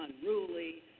unruly